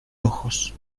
ojos